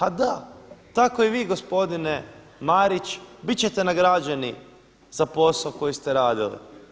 A da, tako i vi gospodine Marić biti ćete nagrađeni za posao koji ste radili.